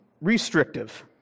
restrictive